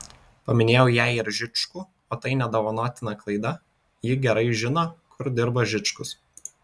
paminėjau jai ir žičkų o tai nedovanotina klaida ji gerai žino kur dirba žičkus